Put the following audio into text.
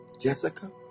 Jessica